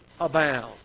abound